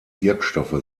wirkstoffe